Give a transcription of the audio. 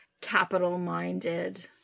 capital-minded